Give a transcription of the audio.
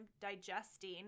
digesting